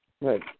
Right